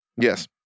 Yes